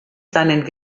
seinen